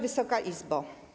Wysoka Izbo!